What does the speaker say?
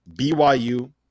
BYU